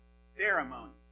ceremonies